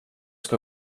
ska